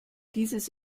dieses